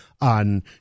on